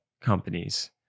companies